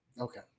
okay